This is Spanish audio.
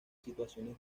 situaciones